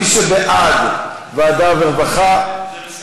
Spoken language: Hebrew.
מי שבעד עבודה ורווחה, זה בסדר.